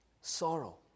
Sorrow